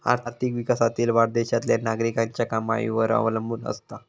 आर्थिक विकासातील वाढ देशातल्या नागरिकांच्या कमाईवर अवलंबून असता